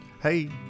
Hey